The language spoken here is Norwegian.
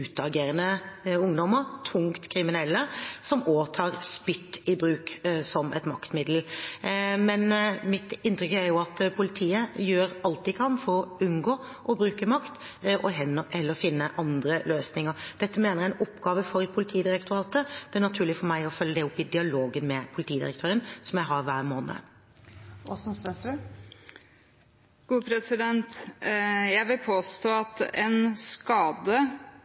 ungdommer, tungt kriminelle, som også tar spytt i bruk som et maktmiddel. Men mitt inntrykk er at politiet gjør alt de kan for å unngå å bruke makt, og heller finne andre løsninger. Dette mener jeg er en oppgave for Politidirektoratet, og det er naturlig for meg å følge det opp i dialogen med politidirektøren som jeg har hver måned. Jeg vil påstå at en skade